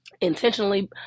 intentionally